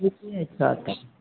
ठीके छौ तब